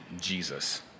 Jesus